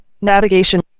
navigation